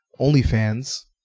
OnlyFans